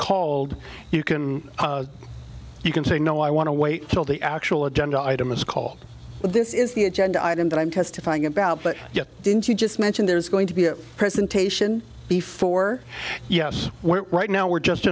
called you can you can say no i want to wait till the actual agenda item is called this is the agenda item that i'm testifying about but didn't you just mentioned there's going to be a presentation before yes right now we're just